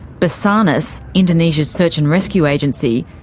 basarnas, indonesia's search and rescue agency,